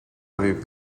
aviv